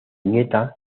nieta